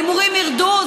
ההימורים ירדו,